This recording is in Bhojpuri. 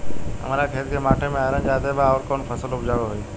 हमरा खेत के माटी मे आयरन जादे बा आउर कौन फसल उपजाऊ होइ?